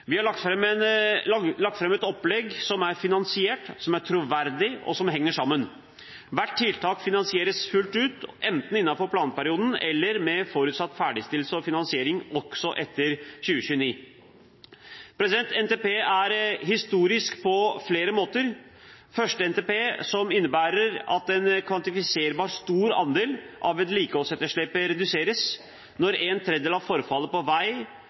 Vi har lagt fram et opplegg som er finansiert, som er troverdig, og som henger sammen. Hvert tiltak finansieres fullt ut, enten innenfor planperioden eller med forutsatt ferdigstillelse og finansiering også etter 2029. NTP er historisk på flere måter. Det er den første NTP som innebærer at en kvantifiserbar stor andel av vedlikeholdsetterslepet reduseres når en tredjedel av forfallet på vei